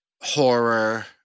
horror